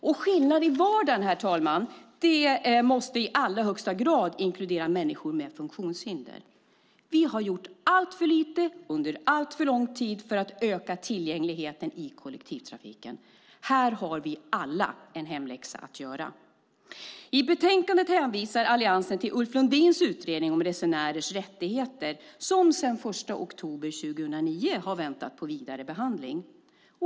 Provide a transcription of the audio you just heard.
Och skillnad i vardagen, herr talman, måste i allra högsta grad inkludera människor med funktionshinder. Vi har gjort alltför lite under alltför lång tid för att öka tillgängligheten i kollektivtrafiken. Här har vi alla en hemläxa att göra. I betänkandet hänvisar Alliansen till Ulf Lundins utredning om resenärers rättigheter som sedan den 1 oktober 2009 har väntat på vidare behandling.